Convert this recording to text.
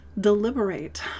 deliberate